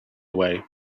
away